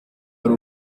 wari